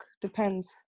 depends